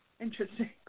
Interesting